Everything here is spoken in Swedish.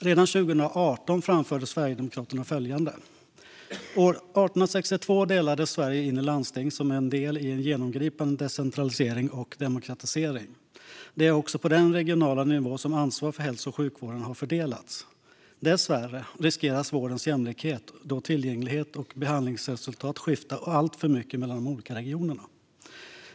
Redan 2018 framförde Sverigedemokraterna följande: År 1862 delades Sverige in i landsting som en del i en genomgripande decentralisering och demokratisering. Det är också på denna regionala nivå som ansvar för hälso och sjukvården har fördelats. Dessvärre riskeras vårdens jämlikhet, då tillgänglighet och behandlingsresultat skiftar alltför mycket mellan olika regioner.